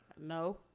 No